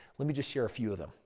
let me just share a few of them.